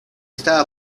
está